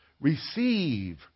Receive